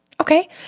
Okay